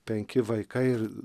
penki vaikai ir